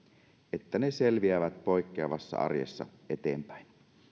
että ne selviävät poikkeavassa arjessa eteenpäin